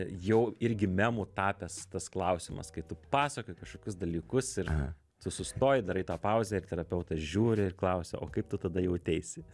jau irgi memu tapęs tas klausimas kai tu pasakoji kažkokius dalykus ir tu sustoji darai tą pauzę ir terapeutas žiūri ir klausia o kaip tu tada jauteisi